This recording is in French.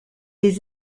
des